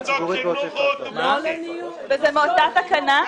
זה מאותה תקנה?